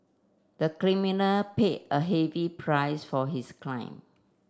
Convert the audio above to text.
the criminal paid a heavy price for his crime